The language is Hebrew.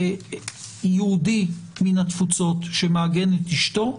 יהודי מן התפוצות שמעגן את אשתו,